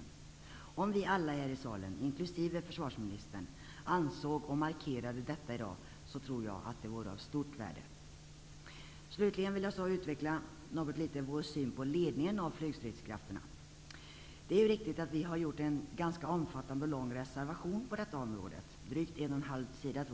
Jag tror att det vore av stort värde om vi alla här i salen, inkl. försvarsministern, ansåg och markerade detta i dag. Slutligen vill jag något utveckla vår syn på ledningen av flygstridskrafterna. Det är riktigt att vi har en ganska omfattande och lång reservation på detta område; drygt en och en halv sida.